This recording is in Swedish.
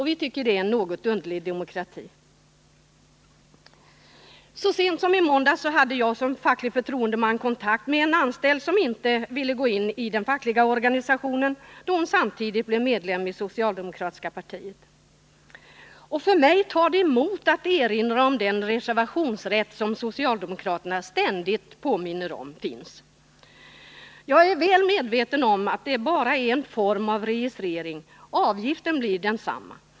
Vi tycker det är en något underlig demokrati. Så sent som i måndags hade jag som facklig förtroendeman kontakt med en anställd som inte ville gå in i den fackliga organisationen, då hon samtidigt blev medlem i socialdemokratiska partiet. För mig tar det emot att erinra om den reservationsrätt som socialdemokraterna ständigt påminner om finns. Jag är väl medveten om att det bara är en form av registrering, avgiften blir densamma.